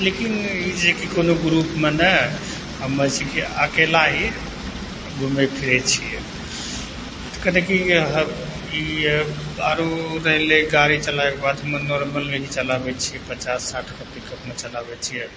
लेकिन ई जे कि कोनो ग्रुपमे नहि हमे छै कि अकेला ही घुमै फिरै छियै आरो रहलै गाड़ी चलाएके बात हमे नॉर्मलमे ही चलाबै छियै पचास साठिके पिकअपमे चलाबै छियै